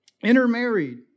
intermarried